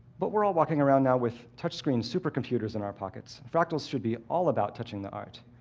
but we're all walking around now with touchscreens, supercomputers in our pockets. fractals should be all about touching the art.